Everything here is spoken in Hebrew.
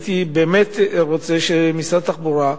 הייתי באמת רוצה שמשרד התחבורה,